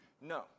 No